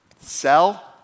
Sell